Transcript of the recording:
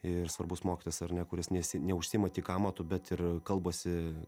ir svarbus mokytojas ar ne kuris nesi neužsiima tik amatu bet ir kalbasi